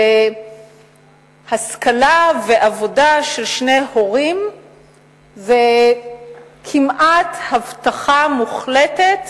שהשכלה ועבודה של שני הורים הן כמעט הבטחה מוחלטת